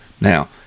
Now